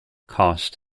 cost